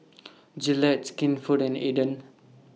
Gillette Skinfood and Aden